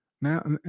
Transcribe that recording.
Now